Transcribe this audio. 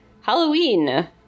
Halloween